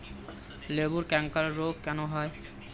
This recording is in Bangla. লেবুর ক্যাংকার রোগ কেন হয়?